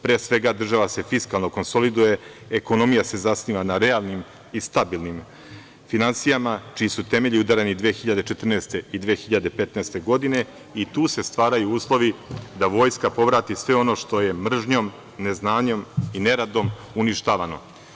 Pre svega, država se fiskalno konsoliduje, ekonomija se zasniva na realnim i stabilnim finansijama, čiji su temelji udarani 2014. i 2015. godine i tu se stvaraju uslovi da Vojska povrati sve ono što je mržnjom, neznanjem i neradom uništavano.